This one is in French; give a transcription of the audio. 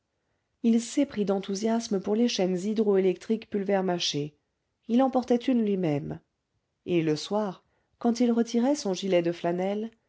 il s'éprit d'enthousiasme pour les chaînes hydro électriques pulvermacher il en portait une lui-même et le soir quand il retirait son gilet de flanelle